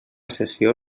sessió